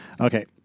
Okay